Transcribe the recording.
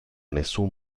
nessun